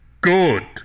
good